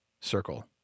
circle